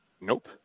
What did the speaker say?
Nope